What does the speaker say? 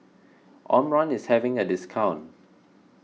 Omron is having a discount